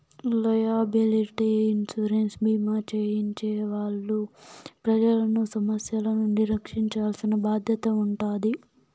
liability insurance భీమా చేయించే వాళ్ళు ప్రజలను సమస్యల నుండి రక్షించాల్సిన బాధ్యత ఉంటాది